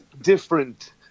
different